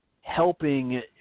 helping